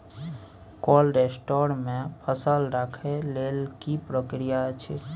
Cold store मे फसल रखय लेल की प्रक्रिया अछि?